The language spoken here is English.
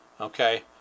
Okay